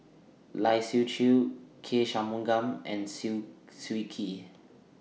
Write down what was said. Lai Siu Chiu K Shanmugam and Swee Kee